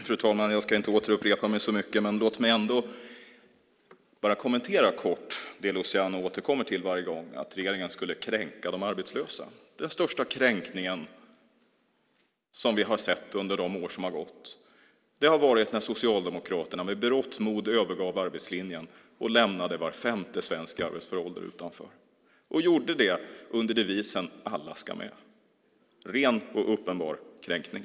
Fru talman! Jag ska inte upprepa så mycket. Låt mig ändå bara kort kommentera det som Luciano återkommer till, nämligen att regeringen skulle kränka de arbetslösa. Den största kränkning vi har sett under de år som har gått var när Socialdemokraterna med berått mod övergav arbetslinjen och lämnade var femte svensk i arbetsför ålder utanför. Man gjorde det under devisen "Alla ska med". Det var ren och uppenbar kränkning.